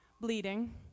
bleeding